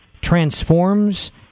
transforms